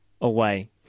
away